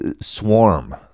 swarm